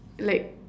like